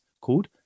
called